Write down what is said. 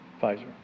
Pfizer